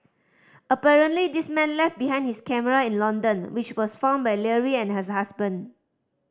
apparently this man left behind his camera in London which was found by Leary and his husband